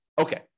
Okay